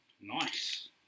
Nice